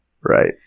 Right